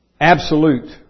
absolute